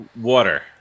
water